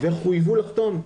הם חויבו לחתום.